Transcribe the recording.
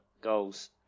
goals